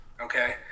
okay